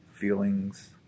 feelings